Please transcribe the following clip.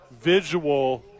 visual